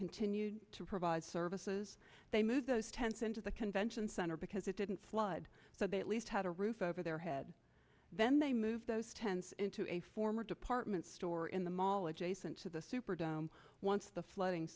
continued to provide services they moved those tents into the convention center because it didn't flood so they at least had a roof over their head then they moved those tents into a former department store in the mall adjacent to the superdome once the flooding